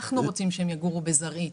אנחנו רוצים שהם יגורו בזרעית.